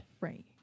Right